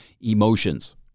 emotions